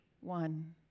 one